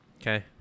Okay